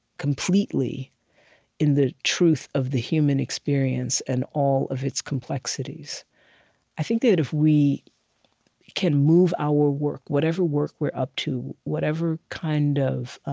completely in the truth of the human experience and all of its complexities i think that if we can move our work, whatever work we're up to, whatever kind of